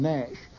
Nash